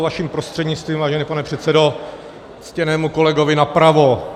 Vaším prostřednictvím, vážený pane předsedo, ctěnému kolegovi napravo.